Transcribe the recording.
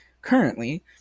currently